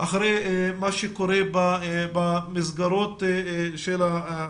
אחרי מה שקורה במעונות היום.